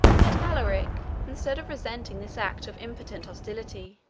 yet alaric, instead of resenting this act of impotent hostility,